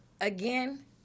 again